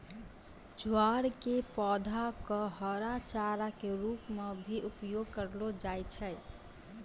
ज्वार के पौधा कॅ हरा चारा के रूप मॅ भी उपयोग करलो जाय छै